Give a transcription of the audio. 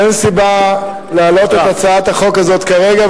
אין סיבה להעלות את הצעת החוק הזו כרגע,